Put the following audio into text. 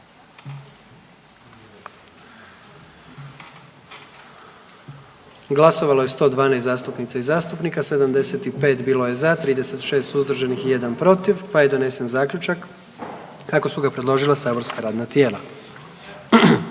Glasovalo je 124 zastupnika i zastupnica, 117 za, 7 suzdržanih te je na taj način donesen zaključak kako su ga predložila saborska radna tijela.